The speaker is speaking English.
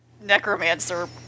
necromancer